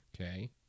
Okay